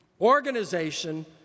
organization